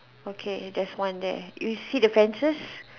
okay there's one there you see the fences